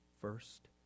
First